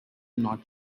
not